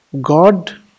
God